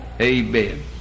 amen